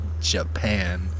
Japan